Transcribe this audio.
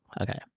Okay